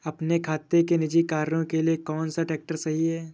अपने खेती के निजी कार्यों के लिए कौन सा ट्रैक्टर सही है?